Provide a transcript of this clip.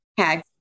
Okay